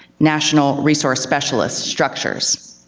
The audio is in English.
national resource specialist, structures.